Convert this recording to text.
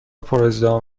پرازدحام